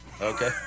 Okay